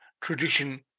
tradition